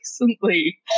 recently